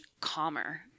calmer